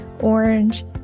orange